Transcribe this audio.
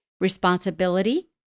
responsibility